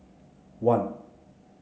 one